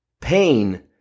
Pain